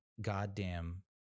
goddamn